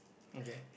okay